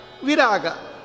Viraga